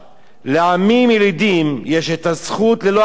לעמים ילידים יש הזכות, ללא אפליה,